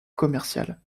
commerciale